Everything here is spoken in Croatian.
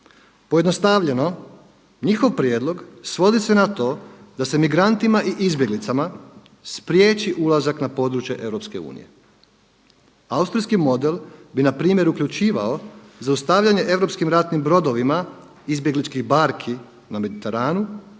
Pojednostavljeno njihov prijedlog svodi se na to da se migrantima i izbjeglicama spriječi ulazak na područje EU. Austrijski model bi npr. uključivao zaustavljanje europskim ratnim brodovima izbjegličkih barki na Mediteranu